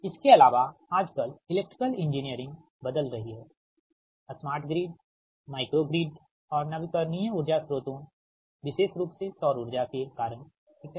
इसके अलावा आजकल इलेक्ट्रिकल इंजीनियरिंग बदल रही है स्मार्ट ग्रिड माइक्रो ग्रिड और नवीकरणीय ऊर्जा स्रोतोंविशेष रूप से सौर ऊर्जा के कारण ठीक है